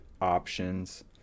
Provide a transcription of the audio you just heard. options